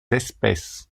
espèces